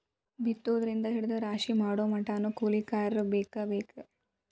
ಬಿತ್ತುದರಿಂದ ಹಿಡದ ರಾಶಿ ಮಾಡುಮಟಾನು ಕೂಲಿಕಾರರ ಬೇಕ ಬೇಕ